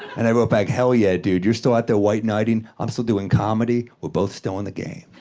and i wrote back, hell yeah, dude. you're still out there white knighting, i'm still doing comedy. we're both still in the game.